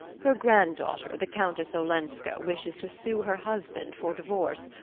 her grand-daughter the countess olenska wishes to sue her husband for divorce.